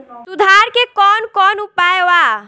सुधार के कौन कौन उपाय वा?